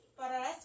Para